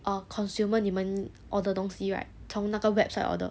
uh consumer 你们 order 东西 right 从那个 website order